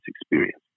experience